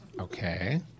okay